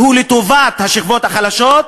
שהוא לטובת השכבות החלשות,